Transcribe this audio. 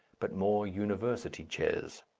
but more university chairs.